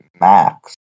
Max